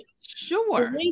Sure